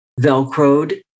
Velcroed